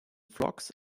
flocks